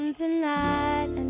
tonight